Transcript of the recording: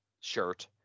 shirt